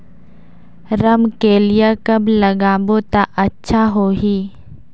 रमकेलिया कब लगाबो ता अच्छा होही?